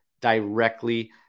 directly